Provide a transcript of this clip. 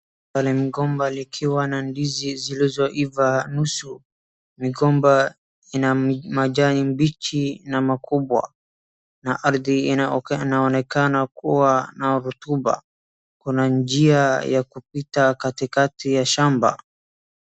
Pale mgomba likiwa na ndizi zilizoiva nusu. Migomba ina majani mbichi na makubwa na ardhi inaonekana kuwa na rutuba. Kuna njia ya kupita katikati ya shamba.